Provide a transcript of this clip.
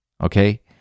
okay